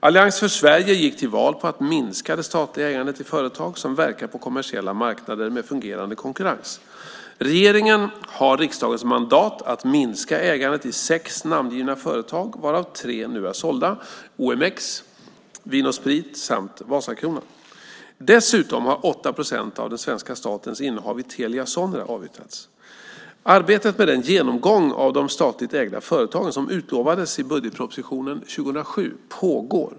Allians för Sverige gick till val på att minska det statliga ägandet i företag som verkar på kommersiella marknader med fungerande konkurrens. Regeringen har riksdagens mandat att minska ägandet i sex namngivna företag, varav tre nu är sålda - OMX, Vin & Sprit samt Vasakronan. Dessutom har 8 procent av den svenska statens innehav i Telia Sonera avyttrats. Arbetet med den genomgång av de statligt ägda företagen som utlovades i budgetpropositionen för 2007 pågår.